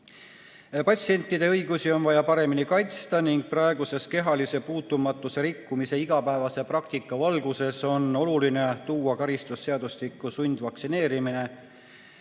Patsientide õigusi on vaja paremini kaitsta ning praeguses kehalise puutumatuse rikkumise igapäevase praktika valguses on oluline tuua karistusseadustikku sundvaktsineerimine,